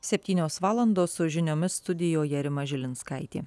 septynios valandos su žiniomis studijoje rima žilinskaitė